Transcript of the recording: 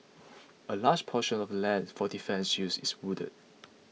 a large proportion of lands for defence use is wooded